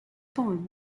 poem